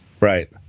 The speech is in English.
Right